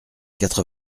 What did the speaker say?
quatre